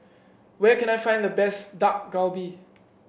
where can I find the best Dak Galbi